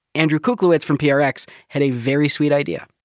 andrew kuklewicz from prx had a very sweet idea.